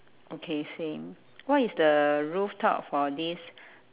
okay same what is the rooftop for this